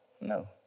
no